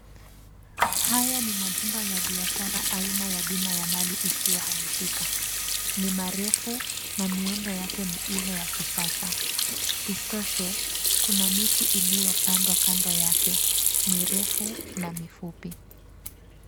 Haya ni majumba ya biashara aina ya bima ya mali isiyohamishika. Ni marefu na miundo yake ni ile ya kisasa. Isitoshe, kuna miti iliyopandwa kando yake mirefu na mifupi.